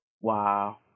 Wow